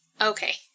Okay